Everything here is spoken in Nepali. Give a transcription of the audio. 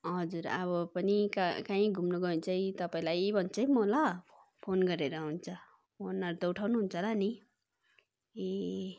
हजुर अब पनि कहाँ काहीँ काहीँ घुम्नु गयो भने चाहिँ तपाईँलाई भन्छु है म ल फोन गरेर हुन्छ फोनहरू त उठाउनु हुन्छ होला नि ए